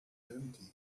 empty